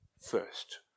First